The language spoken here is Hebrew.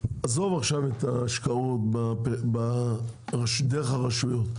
עזוב עכשיו את ההשקעות דרך הרשויות.